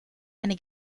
eine